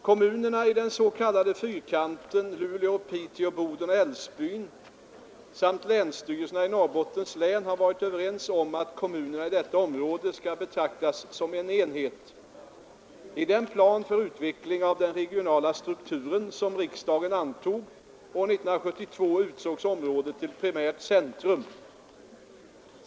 Kommunerna i den s.k. fyrkanten — Luleå, Piteå, Boden och Älvsbyn — samt länsstyrelsen i Norrbottens län har varit överens om att kommunerna i detta område skall betraktas som en enhet. I den plan för utveckling av den regionala strukturen som riksdagen antog år 1972 utsågs området till primärt centrum.